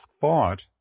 thought